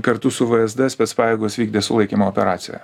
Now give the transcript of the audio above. kartu su vsd specpajėgos vykdė sulaikymo operaciją